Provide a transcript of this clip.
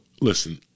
listen